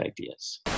ideas